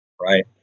Right